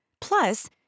Plus